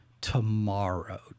tomorrow